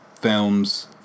films